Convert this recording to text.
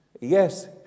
Yes